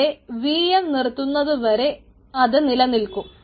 അവിടെ vm നിർത്തുന്നതുവരെ ഇത് നിലനിൽക്കും